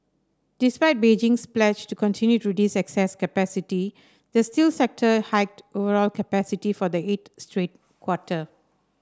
despite Beijing's pledge to continue to reduce excess capacity the steel sector hiked overall capacity for the eighth straight quarter